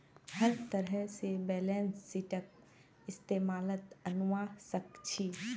हर तरह से बैलेंस शीटक इस्तेमालत अनवा सक छी